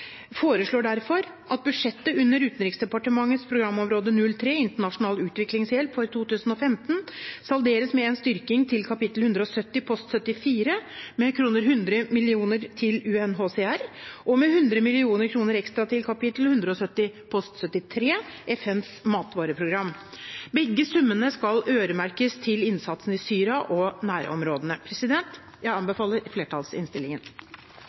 foreslår derfor at budsjettet under Utenriksdepartementets programområde 03 Internasjonal utviklingshjelp for 2015 salderes med en styrking til kap. 170, post 74, med 100 mill. kr til UNHCR og med 100 mill. kr ekstra til kap. 170, post 73, FNs matvareprogram. Begge summene skal øremerkes innsatsen i Syria og nærområdene. Jeg anbefaler flertallsinnstillingen.